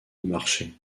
marcher